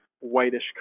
whitish